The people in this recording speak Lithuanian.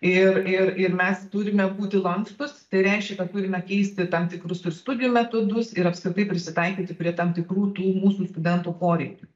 ir ir ir mes turime būti lankstūs tai reiškia kad turime keisti tam tikrus ir studijų metodus ir apskritai prisitaikyti prie tam tikrų tų mūsų studentų poreikių